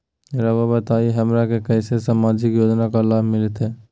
रहुआ बताइए हमरा के कैसे सामाजिक योजना का लाभ मिलते?